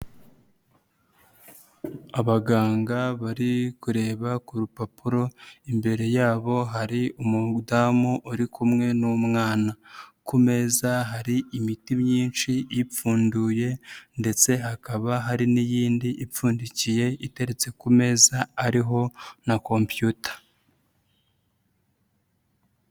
Abaganga bari kureba ku rupapuro imbere yabo hari umudamu uri kumwe n'umwana, ku meza hari imiti myinshi ipfunduye ndetse hakaba hari n'iyindi ipfundikiye iteretse ku meza ariho na kompiyuta.